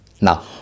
Now